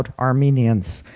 but armenians.